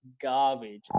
garbage